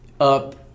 up